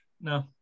No